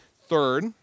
Third